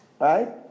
right